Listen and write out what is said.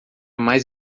mais